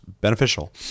beneficial